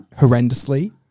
horrendously